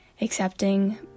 accepting